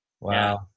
Wow